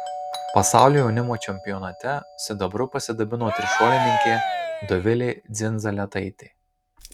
pasaulio jaunimo čempionate sidabru pasidabino trišuolininkė dovilė dzindzaletaitė